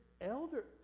elder